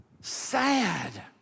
sad